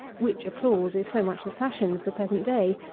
which applause is so much the fashion of the present day,